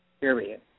period